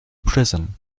prison